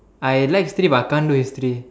I like history but I can't do history